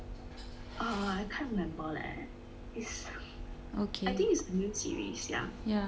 uh I can't remember leh it's I think it's a new series sia